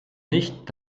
nicht